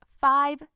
five